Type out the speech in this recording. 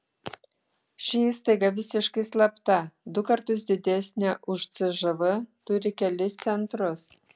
ši įstaiga visiškai slapta du kartus didesnė už cžv turi kelis centrus